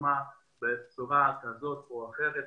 תרמה בצורה כזו או אחרת